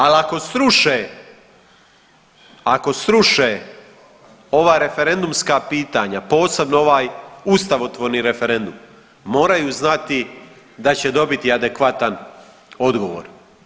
Ali ako sruše ova referendumska pitanja, posebno ovaj ustavotvorni referendum moraju znati da će dobiti adekvatan odgovor.